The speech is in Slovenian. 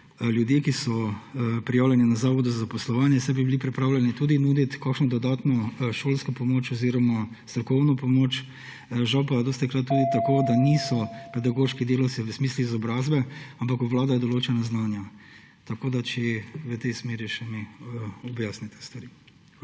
ljudi, ki so prijavljeni na zavodu za zaposlovanje, saj bi bili pripravljeni tudi nuditi kakšno dodatno šolsko pomoč oziroma strokovno pomoč. Žal pa je dostikrat tudi tako, da niso pedagoški delavci v smislu izobrazbe, ampak obvladajo določena znanja. Če mi lahko še v tej smeri objasnite stvari. Hvala.